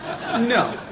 No